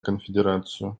конфедерацию